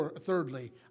thirdly